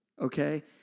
okay